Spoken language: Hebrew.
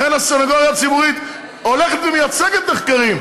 לכן הסנגוריה הציבורית הולכת ומייצגת נחקרים.